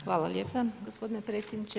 Hvala lijepa gospodine predsjedniče.